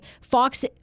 Fox